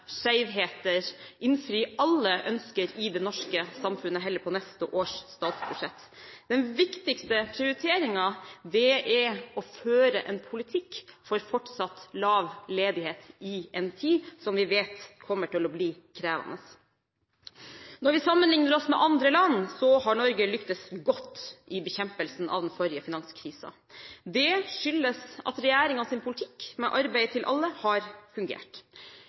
ikke innfri alle ønsker i det norske samfunnet på neste års statsbudsjett. Den viktigste prioriteringen er å føre en politikk for fortsatt lav ledighet i en tid som vi vet kommer til å bli krevende. Når vi sammenlikner oss med andre land, har Norge lyktes godt i bekjempelsen av den forrige finanskrisen. Det skyldes at regjeringens politikk, med arbeid til alle, har fungert.